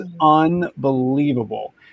unbelievable